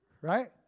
right